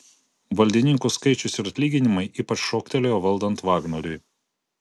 valdininkų skaičius ir atlyginimai ypač šoktelėjo valdant vagnoriui